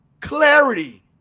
Clarity